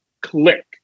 Click